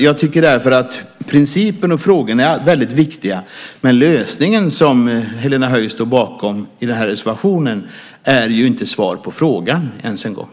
Jag tycker därför att principen och frågorna är väldigt viktiga, men lösningen, som Helena Höij står bakom i den här reservationen, är inte ens en gång svar på frågan.